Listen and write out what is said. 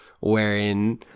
wherein